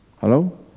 Hello